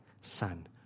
son